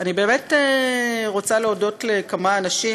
אני באמת רוצה להודות לכמה אנשים.